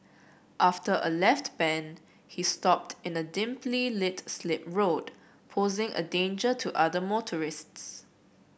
after a left bend he stopped in a dimly lit slip road posing a danger to other motorists